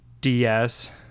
DS